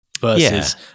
versus